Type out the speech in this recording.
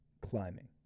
climbing